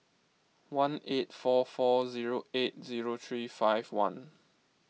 one eight four four zero eight zero three five one